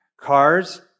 cars